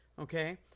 okay